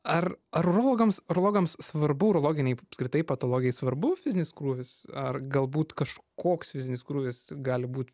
ar ar urologams urologams svarbu urologinei apskritai patologijai svarbu fizinis krūvis ar galbūt kažkoks fizinis krūvis gali būt